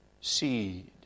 seed